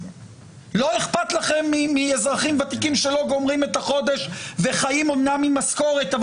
לא אכפת לכם מאזרחים ותיקים שלא גומרים את החודש וחיים אמנם ממשכורת,